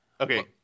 Okay